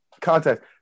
context